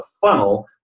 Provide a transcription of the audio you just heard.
funnel